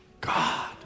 God